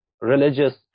Religious